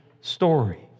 story